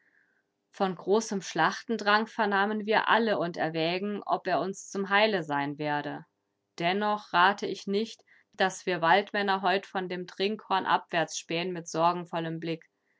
von großem schlachtendrang vernahmen wir alle und erwägen ob er uns zum heile sein werde dennoch rate ich nicht daß wir waldmänner heut von dem trinkhorn abwärts spähen mit sorgenvollem blick